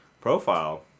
profile